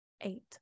eight